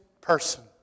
person